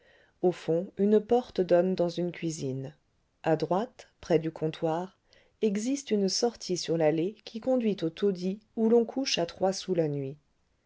au fond une porte donne dans une cuisine à droite près du comptoir existe une sortie sur l'allée qui conduit aux taudis où l'on couche à trois sous la nuit